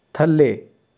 ਥੱਲੇ